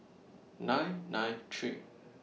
nine nine three